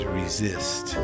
resist